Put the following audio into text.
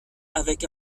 avec